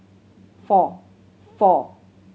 four four